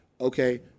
okay